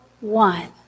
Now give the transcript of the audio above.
one